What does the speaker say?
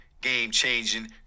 game-changing